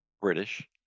British